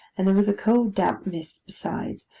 and there was a cold damp mist besides,